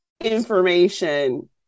information